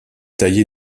taillée